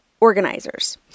organizers